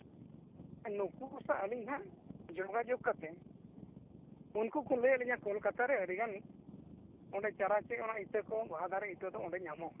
ᱱᱩᱠᱩ ᱥᱟᱜ ᱟᱹᱞᱤᱧ ᱦᱟᱜ ᱡᱳᱜᱟᱡᱳᱜᱽ ᱠᱟᱛᱮᱫ ᱩᱱᱠᱩ ᱠᱚ ᱞᱟᱹᱭᱟᱫ ᱞᱤᱧᱟᱹ ᱠᱚᱞᱠᱟᱛᱟ ᱟᱹᱰᱤᱜᱟᱱ ᱚᱸᱰᱮ ᱪᱟᱨᱟ ᱪᱮ ᱚᱱᱟ ᱤᱛᱟᱹ ᱠᱚ ᱵᱟᱦᱟ ᱫᱟᱨᱮ ᱤᱛᱟᱹ ᱫᱚ ᱚᱸᱰᱮ ᱧᱟᱢᱚᱜᱼᱟ